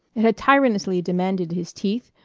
it had tyrannously demanded his teeth,